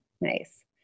Nice